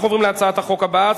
אנחנו עוברים להצעת החוק הבאה,